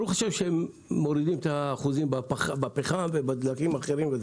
מורידים את האחוזים בפחם ובדלקים האחרים.